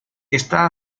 está